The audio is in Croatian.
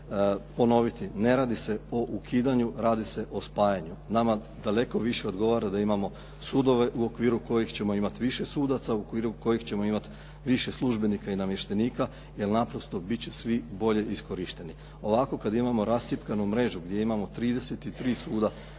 ne radi se o ukidanju, radi se o spajanju. Nama daleko više odgovara da imao sudove u okviru kojih ćemo imati više sudaca, u okviru kojih ćemo imati više službenika i namještenika jer naprosto biti će svi bolje iskorišteni. Ovako kada imamo rascjepkanu mrežu gdje imamo 33 suda